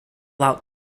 out